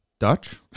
Dutch